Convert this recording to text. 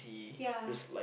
ya